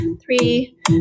three